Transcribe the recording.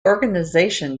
organization